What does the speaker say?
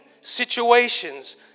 situations